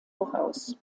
voraus